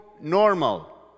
Normal